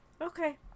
Okay